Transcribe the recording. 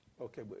Okay